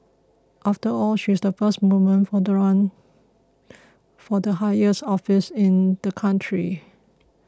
after all she's the first woman for the run for the highest office in the country